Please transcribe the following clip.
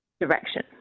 direction